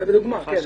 לדוגמה, כן.